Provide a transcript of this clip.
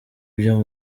byo